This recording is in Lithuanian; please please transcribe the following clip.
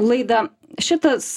laidą šitas